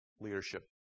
leadership